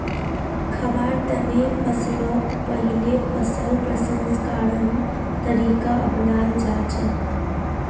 खाबार तने फसलक पहिले फसल प्रसंस्करण तरीका अपनाल जाछेक